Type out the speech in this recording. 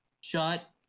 Shut